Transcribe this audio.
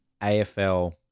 AFL